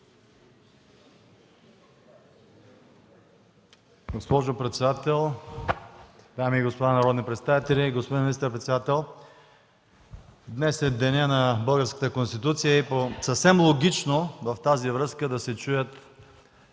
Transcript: Госпожо председател, дами и господа народни представители, господин министър-председател! Днес е денят на Българската конституция и съвсем логично е в тази връзка да се чуят